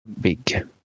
big